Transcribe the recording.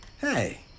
Hey